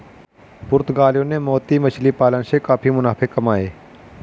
पुर्तगालियों ने मोती मछली पालन से काफी मुनाफे कमाए